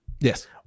Yes